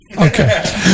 okay